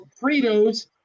Fritos